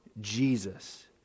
jesus